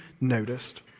noticed